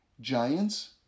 giants